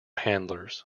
handlers